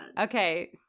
Okay